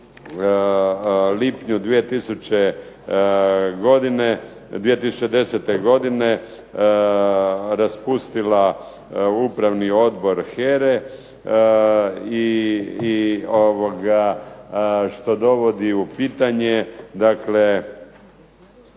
lipnju 2010. godine raspustila Upravni odbor HERA-e što dovodi u pitanje